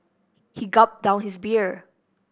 he gulped down his beer